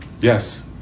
Yes